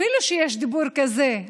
אפילו שיש דיבור כזה,